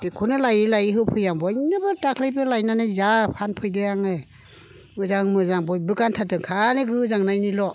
बेखौनो लायै लायै होफैयो आं बयनोबो दाख्लैबो लायनानै जा फानफैदों आङो मोजां मोजां बयबो गानथारदों खालि गोजांनायनिल'